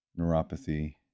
neuropathy